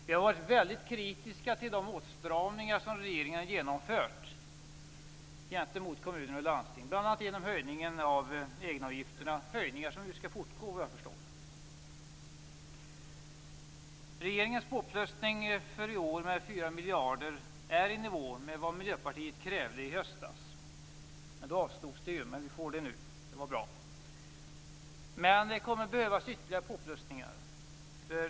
Vi har varit väldigt kritiska till de åtstramningar som regeringen har genomfört gentemot kommuner och landsting, bl.a. genom höjningen av egenavgifterna - höjningar som nu skall bli bestående, såvitt jag förstår. Regeringens påplussning för i år med 4 miljarder kronor är i nivå med vad Miljöpartiet i höstas krävde. Då avslogs det kravet, men vi får det tillgodosett nu, och det är bra. Men det kommer att behövas ytterligare påplussningar.